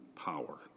power